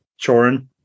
Chorin